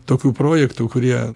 tokių projektų kurie